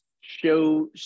show